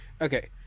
Okay